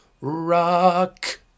rock